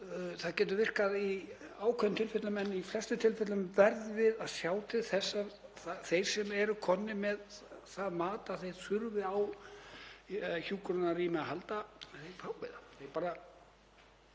Það getur virkað í ákveðnum tilfellum en í flestum tilfellum verðum við að sjá til þess að þeir sem eru komnir með það mat að þeir þurfi á hjúkrunarrými að halda